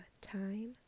time